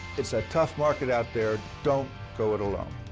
it's a tough market out there. don't go it alone.